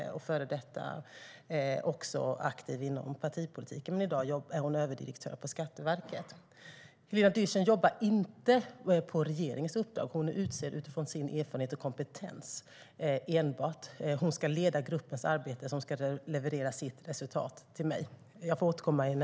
Hon har tidigare varit aktiv i partipolitiken men är i dag överdirektör på Skatteverket. Helena Dyrssen jobbar inte på regeringens uppdrag. Hon är utsedd enbart utifrån sin erfarenhet och kompetens. Hon ska leda gruppens arbete, och den ska leverera sitt resultat till mig.